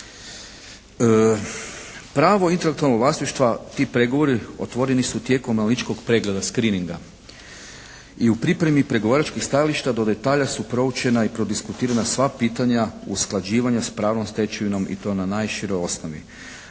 Pravo intelektualnog vlasništva, ti pregovori otvoreni su tijekom analitičkog pregleda screeninga i u pripremi pregovaračkih stajališta do detalja su proučena i prodiskutirana sva pitanja usklađivanja s pravnom stečevinom i to na najširoj osnovi.